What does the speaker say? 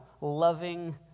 loving